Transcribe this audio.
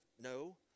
no